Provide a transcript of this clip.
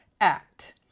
Act